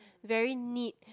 very need